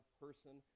person